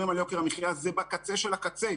על יוקר המחיה זה בקצה של הקצה.